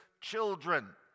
children